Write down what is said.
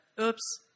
oops